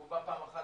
אם הוא בא פעם אחת,